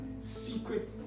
secret